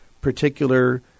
particular